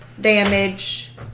damage